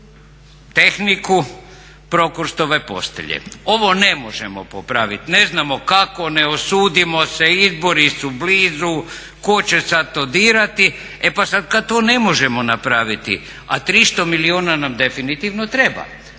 tehniku Prokurštove postelje. Ovo ne možemo popravit, ne znamo kako, ne usudimo se, izbori su blizu, tko će sad to dirati, e pa sad kad to ne možemo napraviti a 300 milijuna nam definitivno treba,